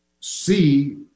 see